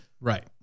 Right